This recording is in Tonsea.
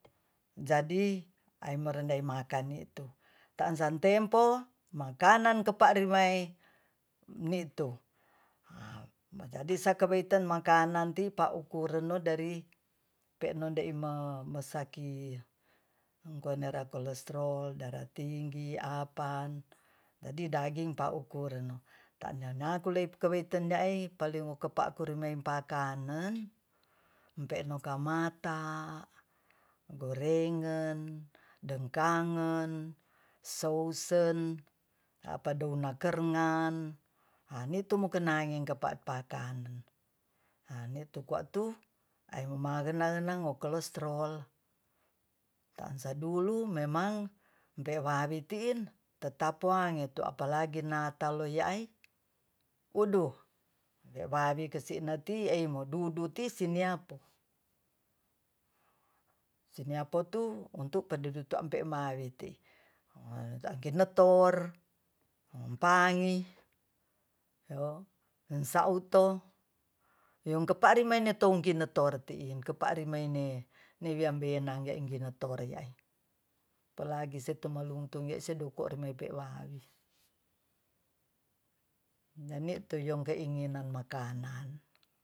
Jadi ai mare makanditu taansan tempo makanan kepa rimae ni'tu a jadi sepakaiten makananti paukureno dari peno deima mosaki dara kolestrol dara tinggi apan jadi daging paukuren tanyanaku leikwapoiten nyai paling mai pakanen empekno kamata gorenggen dengkanggen sousen apa donga nakengerngan a nitu mokenai kepa-paakan anitu kwatu aing mangenenang-ngenang wo kolestrol taansa dulu memang mpe wawi tiin tetap wange tu apalagi natal loyaai uduh we wawi kesineti ei moduduti siniapo siniapo untuk ampe maweti ginetor empangi yo ensawuto yong kemparimainetong ginetor tiin kemparimaime meiambenang yae ginetori hiai palagi setumaluntung ye seduko ri maipe wawi nyani tuyong keinginan makanan